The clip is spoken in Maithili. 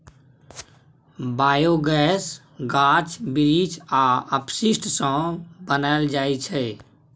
बायोगैस गाछ बिरीछ आ अपशिष्ट सँ बनाएल जाइ छै